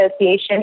Association